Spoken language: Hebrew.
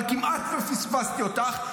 אבל כמעט פספסתי אותך,